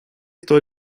кто